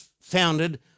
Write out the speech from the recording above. founded